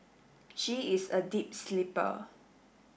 she is a deep sleeper